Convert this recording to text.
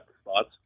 spots